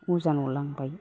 अजानाव लांबाय